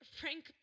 Frank